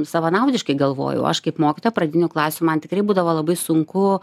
savanaudiškai galvojau aš kaip mokytoja pradinių klasių man tikrai būdavo labai sunku